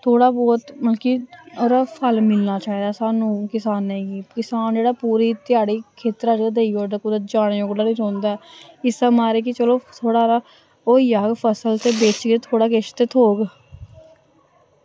थोह्ड़ा बोह्त मतलब कि ओह्दा फल्ल मिलना चाहिदा सानू कसानें गी कसान जेह्ड़ा पूरी ध्याड़ी खेत्तरा च देई ओड़दा कुतै जाने जोगड़ा निं रौंह्दा ऐ इस्सै मारे कि चलो थोह्ड़ा हारा होई जाह्ग फसल ते बेचियै थोह्ड़ा किश ते थोह्ग